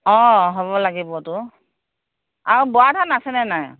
অ হ'ব লাগিবতো আৰু বৰা ধান আছেনে নাই